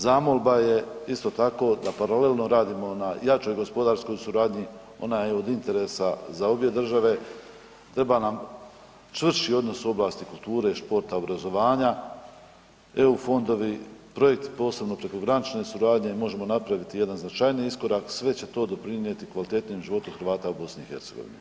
Zamolba je isto tako da paralelno radimo na jačoj gospodarskoj suradnji, ona je od interesa za obje države, treba nam čvršći odnos u oblasti kulture i športa, obrazovanja, EU fondovi, projekti posebne prekogranične suradnje, možemo napraviti jedan značajniji iskorak, sve će to doprinijeti kvaliteti u životu Hrvata u BiH.